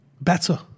better